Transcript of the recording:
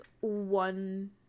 one